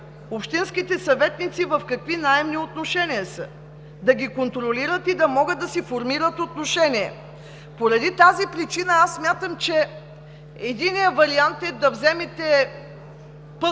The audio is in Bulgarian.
общинските съветници в какви наемни отношения са, да ги контролират и да могат да си формират отношение. Поради тази причина смятам, че единият вариант е да отложите